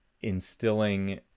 instilling